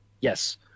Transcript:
Yes